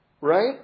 right